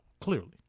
clearly